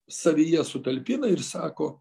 savyje sutalpina ir sako